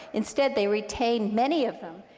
instead, they retained many of them.